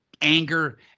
anger